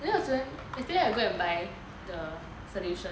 then yesterday I go and buy the solution